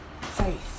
faith